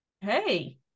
hey